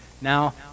Now